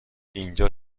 اینجا